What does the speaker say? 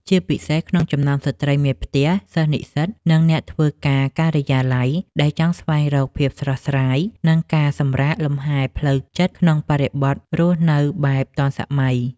ជាពិសេសក្នុងចំណោមស្រ្តីមេផ្ទះ សិស្សនិស្សិត និងអ្នកធ្វើការការិយាល័យ ដែលចង់ស្វែងរកភាពស្រស់ស្រាយ និងការសម្រាកលំហែផ្លូវចិត្តក្នុងបរិបទរស់នៅបែបទាន់សម័យ។